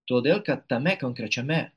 todėl kad tame konkrečiame